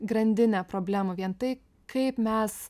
grandinę problemų vien tai kaip mes